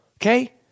Okay